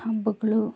ಹಬ್ಬಗಳು